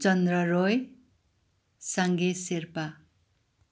Chandra Rai Sange Sherpa